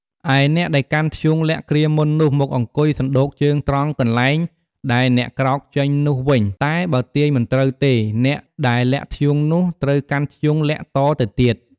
ឯអ្នកដែលកាន់ធ្យូងលាក់គ្រាមុននោះ មកអង្គុយសណ្តូកជើងត្រង់កន្លែងដែលអ្នកក្រោកចេញនោះវិញ តែបើទាយមិនត្រូវទេ អ្នកដែលលាក់ធ្យូងនោះ ត្រូវកាន់ធ្យូងលាក់តទៅទៀត។